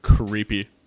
Creepy